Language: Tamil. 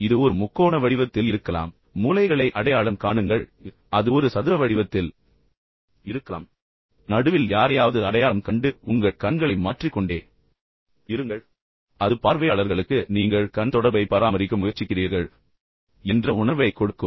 இது ஒரு முக்கோண வடிவத்தில் இருக்கலாம் மூலைகளை அடையாளம் காணுங்கள் அது ஒரு சதுர வடிவத்தில் இருக்கலாம் மற்றும் நடுவில் யாரையாவது அடையாளம் கண்டு பின்னர் உங்கள் கண்களை மாற்றிக் கொண்டே இருங்கள் ஆனால் அது பார்வையாளர்களுக்கு நீங்கள் கண் தொடர்பை பராமரிக்க முயற்சிக்கிறீர்கள் என்ற உணர்வைக் கொடுக்கும்